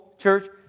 church